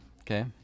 Okay